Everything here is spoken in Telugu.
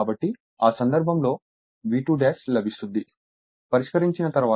కాబట్టి ఆ సందర్భంలో V2'లభిస్తుంది పరిష్కరించిన తర్వాత 193